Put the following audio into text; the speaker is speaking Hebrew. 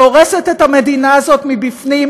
והורסת את המדינה הזאת מבפנים,